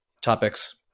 topics